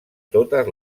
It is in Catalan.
totes